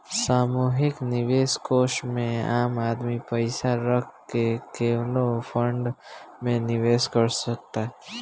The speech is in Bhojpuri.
सामूहिक निवेश कोष में आम आदमी पइसा रख के कवनो फंड में निवेश कर सकता